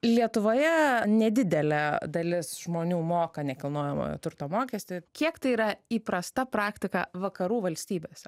lietuvoje nedidelė dalis žmonių moka nekilnojamojo turto mokestį kiek tai yra įprasta praktika vakarų valstybėse